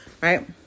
right